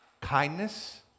Kindness